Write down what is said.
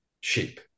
sheep